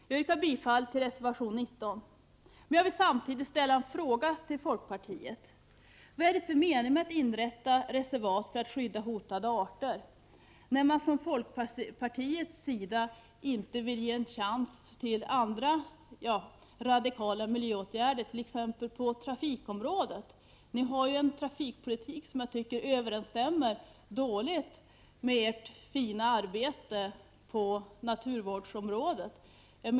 Jag yrkar bifall till reservation 19, men vill samtidigt fråga folkpartiet: Vad är det för mening med att inrätta reservat för att skydda hotade arter när man från folkpartiets sida inte vill ge en chans till andra radikala miljöåtgärder, t.ex. på trafikområdet? Ni har ju en trafikpolitik som överensstämmer dåligt med ert fina arbete på naturvårdsområdet.